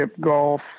golf